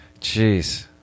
Jeez